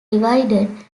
divided